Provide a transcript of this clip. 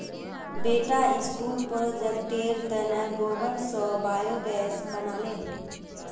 बेटा स्कूल प्रोजेक्टेर तने गोबर स बायोगैस बना ले